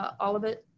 all of it,